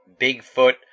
Bigfoot